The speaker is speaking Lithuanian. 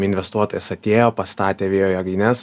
investuotojas atėjo pastatė vėjo jėgaines